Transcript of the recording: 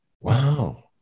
Wow